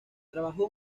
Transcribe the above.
trabajó